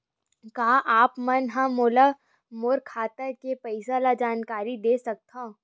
का आप मन ह मोला मोर खाता के पईसा के जानकारी दे सकथव?